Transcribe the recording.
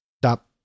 stop